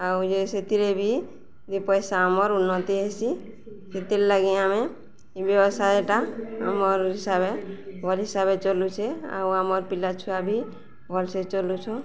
ଆଉ ଯେ ସେଥିରେ ବି ଦି ପଇସା ଆମର୍ ଉନ୍ନତି ହେସି ସେଥିର୍ଲାଗି ଆମେ ବ୍ୟବସାୟଟା ଆମର୍ ହିସାବରେ ଭଲ୍ ହିସାବରେ ଚଲୁଛେ ଆଉ ଆମର୍ ପିଲାଛୁଆ ବି ଭଲସେ ଚଲୁଛୁଁ